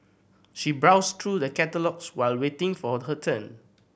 she browsed through the catalogues while waiting for her turn